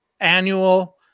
annual